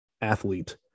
athlete